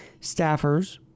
staffers